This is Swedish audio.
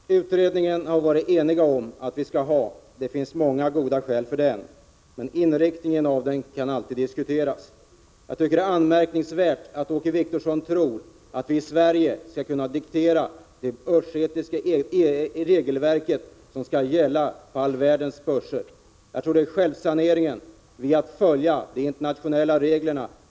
Herr talman! Helt kort. Utredningen har vi varit eniga om att vi skall ha. Det finns många goda skäl för den. Men inriktningen av den kan alltid diskuteras. Jag tycker att det är anmärkningsvärt att Åke Wictorsson tror att vi i Sverige skall kunna diktera det börsetiska regelverk som skall gälla på all världens börser. Jag tror på självsaneringen. Vi har att följa de internationella reglerna.